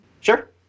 Sure